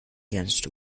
against